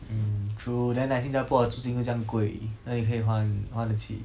mm true then like 新加坡的租金又这样贵哪里可以还还得起